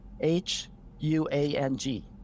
H-U-A-N-G